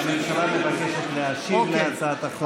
הממשלה מבקשת להשיב על הצעת החוק הזאת.